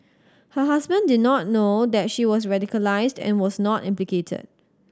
her husband did not know that she was radicalised and was not implicated